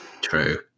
True